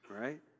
right